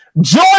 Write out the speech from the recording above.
Joy